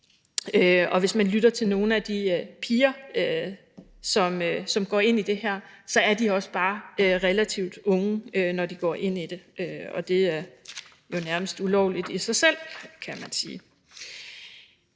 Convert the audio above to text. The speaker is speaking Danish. og hvis man lytter til nogle af de piger, som går ind i det her, erfarer man, at de også er relativt unge, når de går ind i det, og det er jo nærmest ulovligt i sig selv, kan man sige.